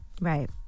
Right